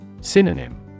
Synonym